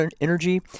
energy